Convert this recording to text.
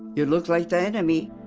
you looked like the enemy,